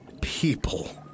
people